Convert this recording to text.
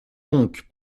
donc